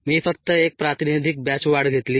मी फक्त एक प्रातिनिधीक बॅच वाढ घेतली